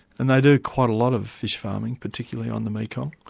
and they do quite a lot of fish farming, particularly on the mekong.